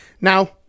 Now